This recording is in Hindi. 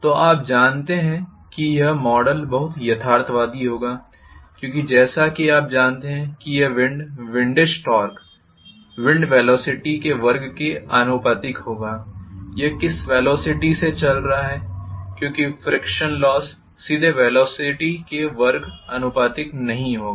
तो आप जानते हैं कि यह मॉडल बहुत यथार्थवादी होगा क्योंकि जैसा कि आप जानते हैं कि यह wind windage torque wind velocity के वर्ग के आनुपातिक होगा यह किस वेलोसिटी से चल रहा है क्योंकि फ्रीक्षण लोस सीधे वेलोसिटी के वर्ग आनुपातिक नहीं होगा